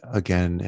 again